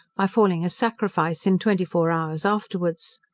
by falling a sacrifice in twenty-four hours afterwards.